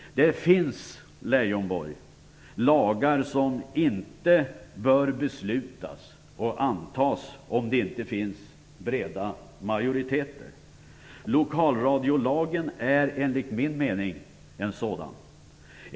Det finns, Leijonborg, lagar som man inte bör besluta om och som inte bör antas om det inte finns breda majoriteter. Lokalradiolagen är enligt min mening en sådan.